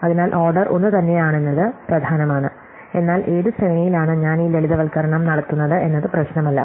അതിനാൽ ഓർഡർ ഒന്നുതന്നെയാണെന്നത് പ്രധാനമാണ് എന്നാൽ ഏത് ശ്രേണിയിലാണ് ഞാൻ ഈ ലളിതവൽക്കരണം നടത്തുന്നത് എന്നത് പ്രശ്നമല്ല